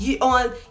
on